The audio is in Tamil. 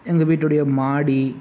எங்கள் வீட்டுடைய மாடி